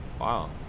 Wow